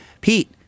Pete